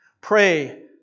Pray